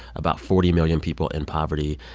about forty million people in poverty.